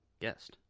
guest